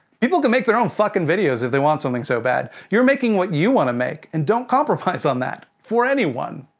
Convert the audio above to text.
people can make their own fucking videos, if they want something so bad! you're making what you wanna make, and don't compromise on that for anyone.